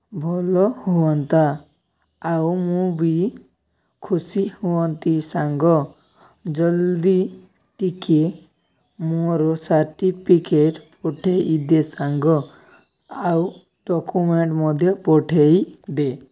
ଭଲ ହୁଅନ୍ତା ଆଉ ମୁଁ ବି ଖୁସି ହୁଅନ୍ତି ସାଙ୍ଗ ଜଲ୍ଦି ଟିକିଏ ମୋର ସାର୍ଟିଫିକେଟ୍ ପଠାଇଦେ ସାଙ୍ଗ ଆଉ ଡକ୍ୟୁମେଣ୍ଟ୍ ମଧ୍ୟ ପଠାଇଦେ